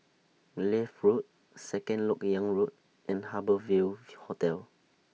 Leith Road Second Lok Yang Road and Harbour Ville Hotel